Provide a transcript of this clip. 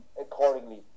accordingly